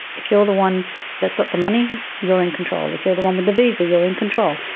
if you're the one that's got the money, you're in control. if you're the one with the visa, you're in control.